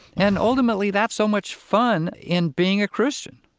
and, ultimately, that's so much fun in being a christian,